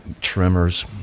tremors